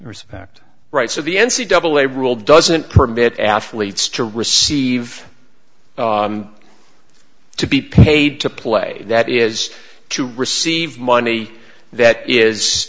respect rights of the n c double a rule doesn't permit athletes to receive to be paid to play that is to receive money that is